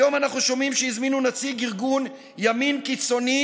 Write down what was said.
היום אנחנו שומעים שהזמינו נציג ארגון ימין קיצוני